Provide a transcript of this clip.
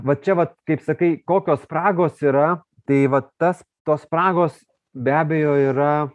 va čia va kaip sakai kokios spragos yra tai vat tas tos spragos be abejo yra